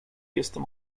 jestem